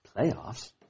Playoffs